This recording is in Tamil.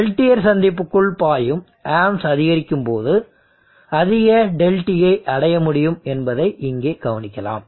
பெல்டியர் சந்திப்புக்குள் பாயும் ஆம்ப்ஸ் அதிகரிக்கும் போது அதிக Δt ஐ அடைய முடியும் என்பதை இங்கே கவனிக்கலாம்